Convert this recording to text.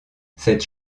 cette